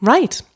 Right